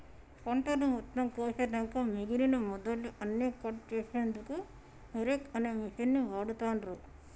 పంటను మొత్తం కోషినంక మిగినన మొదళ్ళు అన్నికట్ చేశెన్దుకు హేరేక్ అనే మిషిన్ని వాడుతాన్రు